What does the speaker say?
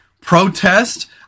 protest